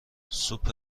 سوپ